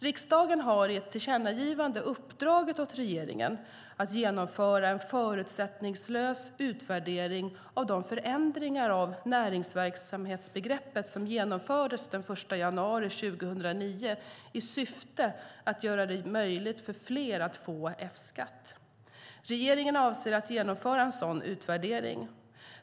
Riksdagen har i ett tillkännagivande uppdragit åt regeringen att genomföra en förutsättningslös utvärdering av de förändringar av näringsverksamhetsbegreppet som genomfördes den 1 januari 2009 i syfte att göra det möjligt för fler att få F-skatt. Regeringen avser att genomföra en sådan utvärdering.